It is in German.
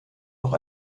noch